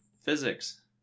physics